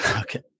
Okay